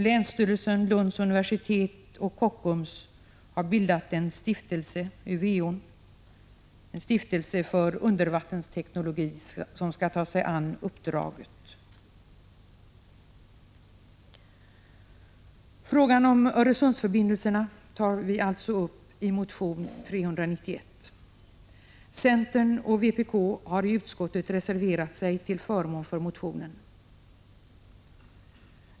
Länsstyrelsen, Lunds universitet och Kockums har bildat en stiftelse, Uveon, för undervattensteknologi som skall ta sig an uppdraget. Frågan om Öresundsförbindelserna tar vi upp i motion 391. Centern och vpk har i utskottet reserverat sig till förmån för motionen.